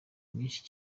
myinshi